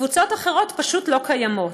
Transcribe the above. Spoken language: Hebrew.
וקבוצות אחרות פשוט לא קיימות.